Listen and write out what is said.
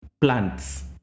plants